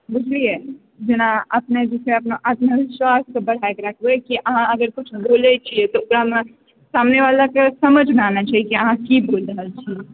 बुझलिऐ जेना अपने जे छै अपना आत्मविश्वासके बढ़ाए कऽ रखबै कि अहाँ अगर किछु बोलए छिऐ तऽ सामने वालाके समझमे आना चाही कि अहाँ की बोलि रहल छिऐ